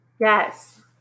Yes